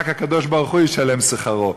רק הקדוש-ברוך-הוא ישלם שכרו.